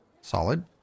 solid